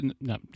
No